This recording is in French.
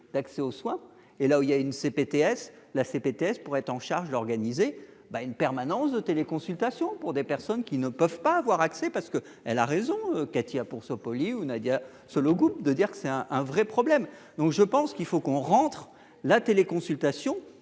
d'accès aux soins et là où il y a une c'est Pts là c'est BTS pourrait en charge l'organiser, bah, une permanence de téléconsultation pour des personnes qui ne peuvent pas avoir accès parce que elle a raison, Katia pour se polis ou Nadia Sollogoub de dire que c'est un un vrai problème, donc je pense qu'il faut qu'on rentre la téléconsultation